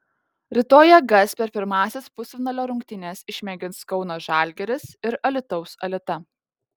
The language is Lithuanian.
rytoj jėgas per pirmąsias pusfinalio rungtynes išmėgins kauno žalgiris ir alytaus alita